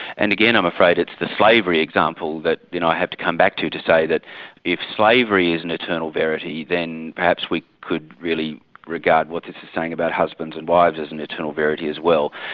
and again, i'm afraid it's the slavery example that you know i have to come back to to say that if slavery is an eternal verity then perhaps we could really regard what this is saying about husbands and wives as an eternal verity as well.